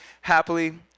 happily